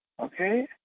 okay